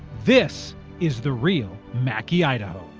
this is the real mackay idaho.